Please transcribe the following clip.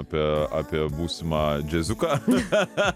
apie apie būsimą džiaziuką